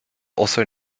also